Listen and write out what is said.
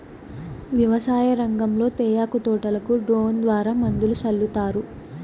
వ్యవసాయ రంగంలో తేయాకు తోటలకు డ్రోన్ ద్వారా మందులు సల్లుతారు